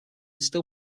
still